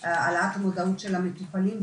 העלאת מודעות של המטופלים,